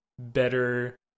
better